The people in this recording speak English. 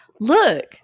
look